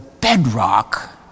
bedrock